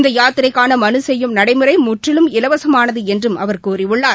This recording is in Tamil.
இந்தயாத்திரைக்கானமனுசெய்யும் நடைமுறைமுற்றிலும் இலவசமானதுஎன்றும் அவர் கூறியுள்ளார்